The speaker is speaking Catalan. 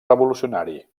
revolucionari